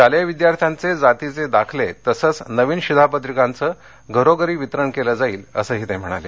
शालेय विद्यार्थ्यांचे जातीचे दाखले तसंच नवीन शिधापत्रिकांचं घरोघरी वितरण केलं जाईल असंही त्यांनी सांगितलं